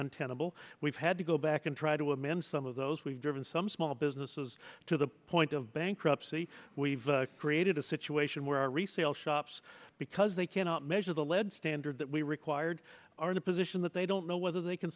untenable we've had to go back and try to amend some of those we've driven some small businesses to the point of bankruptcy we've created a situation where our resale shops because they cannot measure the lead standard that we required are in a position that they don't know whether they can